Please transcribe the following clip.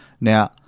now